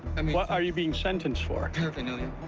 and what are you being sentenced for? paraphernalia.